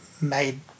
made